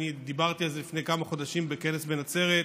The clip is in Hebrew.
דיברתי על זה לפני כמה חודשים בכנס בנצרת,